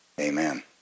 Amen